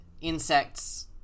insects